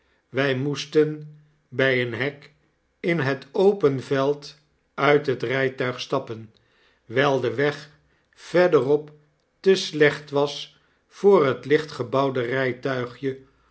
wjj moesten bg een hek in het open veld uit het rjjtuig stappen wjjl de weg verderop te slecht was voor het licht gebouwde rjjtuigje